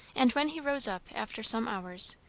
and when he rose up, after some hours,